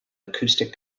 acoustic